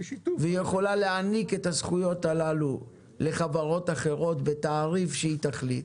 והיא יכולה להעניק את הזכויות הללו לחברות אחרות בתעריף שהיא תחליט.